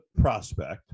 prospect